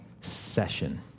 session